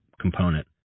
component